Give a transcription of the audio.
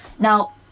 Now